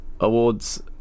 Awards